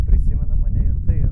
prisimena mane ir tai yra